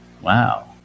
wow